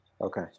Okay